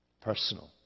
personal